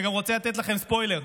אני גם רוצה לתת לכם ספוילר,